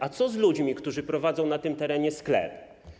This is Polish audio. A co z ludźmi, którzy prowadzą na tym terenie sklepy?